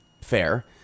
fair